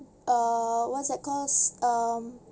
uh what's that calls um